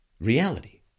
reality